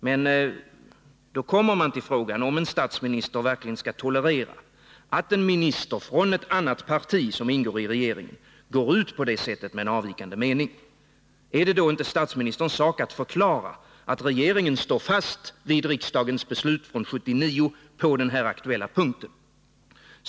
Men skall verkligen en statsminister tolerera att en minister från ett annat regeringsparti går ut på det sättet med en avvikande mening? Är det då inte statsministerns sak att förklara att regeringen står fast vid riksdagens beslut från 1979 på den här aktuella punkten?